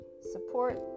support